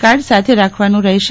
card સાથે રાખવાનું રહેશે